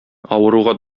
авыруга